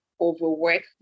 overwork